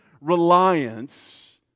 reliance